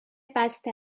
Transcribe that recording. بسته